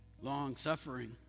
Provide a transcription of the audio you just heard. long-suffering